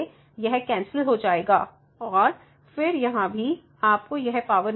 इसलिए यह कैंसिल हो जाएगा और फिर यहाँ भी आपको यह पावर मिलेगी